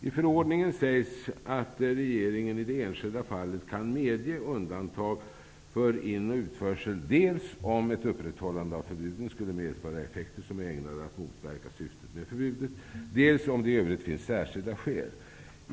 I förordningen sägs att regeringen i det enskilda fallet kan medge undantag för in och utförsel dels om ett upprätthållande av förbuden skulle medföra effekter som är ägnade att motverka syftet med förbudet, dels om det i övrigt finns särskilda skäl.